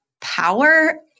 power